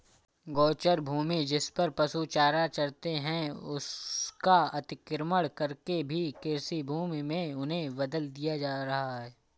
गोचर भूमि, जिसपर पशु चारा चरते हैं, उसका अतिक्रमण करके भी कृषिभूमि में उन्हें बदल दिया जा रहा है